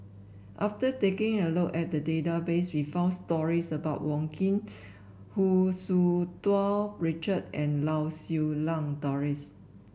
after taking a look at the database we found stories about Wong Keen Hu Tsu Tau Richard and Lau Siew Lang Doris